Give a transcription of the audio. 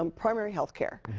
um primary healthcare,